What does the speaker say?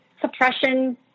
suppression